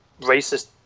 racist